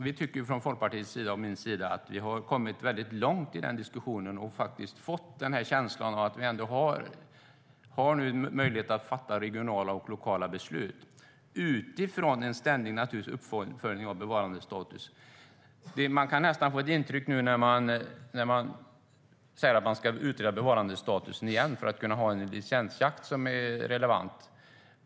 Vi tycker från Folkpartiets och min sida att vi har kommit långt i den diskussionen och fått känslan att vi nu har möjlighet att fatta regionala och lokala beslut, naturligtvis utifrån en ständig uppföljning av bevarandestatus. Man kan nästan få intrycket att regeringen säger att man ska utreda bevarandestatus igen för att kunna ha en licensjakt som är relevant.